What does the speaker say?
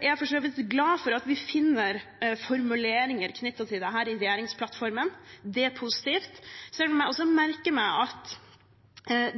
er for så vidt glad for at vi finner formuleringer knyttet til dette i regjeringsplattformen. Det er positivt, selv om jeg også merker meg at